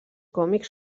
còmics